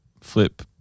flip